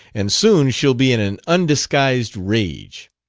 and soon she'll be in an undisguised rage.